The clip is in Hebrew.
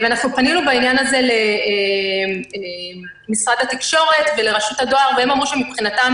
פנינו בעניין הזה למשרד התקשורת ולרשות הדואר והם אמרו שמבחינתם